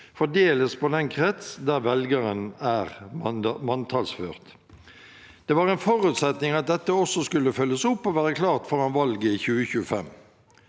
fordeles på den krets der velgeren er manntallsført. Det var en forutsetning at dette også skulle følges opp og være klart foran valget i 2025.